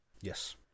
yes